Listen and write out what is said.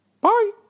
Bye